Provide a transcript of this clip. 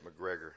McGregor